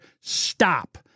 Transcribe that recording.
stop